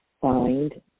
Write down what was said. find